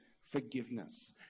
forgiveness